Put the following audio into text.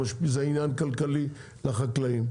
זה עניין כלכלי לחקלאים,